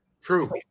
True